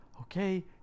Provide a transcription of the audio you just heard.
Okay